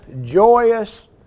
joyous